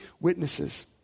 witnesses